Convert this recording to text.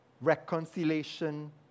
reconciliation